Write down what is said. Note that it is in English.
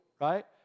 right